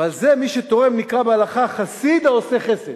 ועל זה, מי שתורם נקרא בהלכה חסיד העושה חסד.